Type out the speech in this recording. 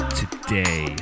today